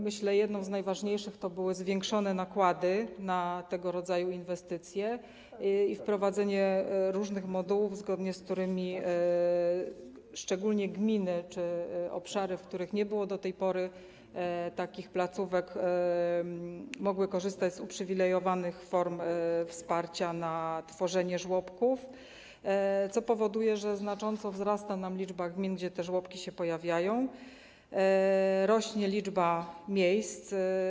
Myślę, że jedną z najważniejszych były zwiększone nakłady na tego rodzaju inwestycje i wprowadzenie różnych modułów, zgodnie z którymi szczególnie gminy czy obszary, w których nie było do tej pory takich placówek, mogły korzystać z uprzywilejowanych form wsparcia na tworzenie żłobków, co powoduje, że znacząco wzrasta liczba gmin, gdzie te żłobki się pojawiają, rośnie liczba miejsc.